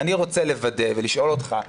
אני רוצה לוודא ולשאול אותך,